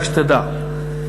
רק שתדע,